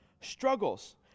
struggles